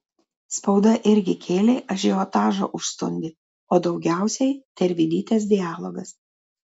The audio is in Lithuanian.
spauda irgi kėlė ažiotažą už stundį o daugiausiai tervidytės dialogas